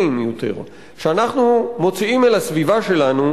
יותר שאנחנו מוציאים אל הסביבה שלנו,